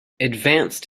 advanced